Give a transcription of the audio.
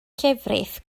llefrith